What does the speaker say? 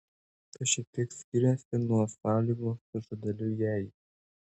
tai šiek tiek skiriasi nuo sąlygos su žodeliu jei